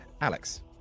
Alex